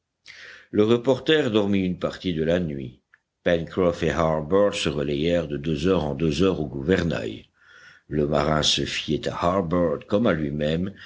le reporter dormit une partie de la nuit pencroff et harbert se relayèrent de deux heures en deux heures au gouvernail le marin se fiait à harbert comme à lui-même